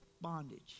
bondage